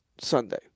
Sunday